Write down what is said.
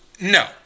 No